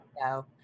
No